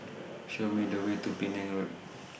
Show Me The Way to Penang Road